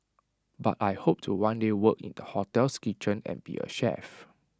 but I hope to one day work in the hotel's kitchen and be A chef